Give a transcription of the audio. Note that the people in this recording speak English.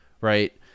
right